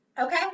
okay